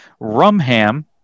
Rumham